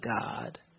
God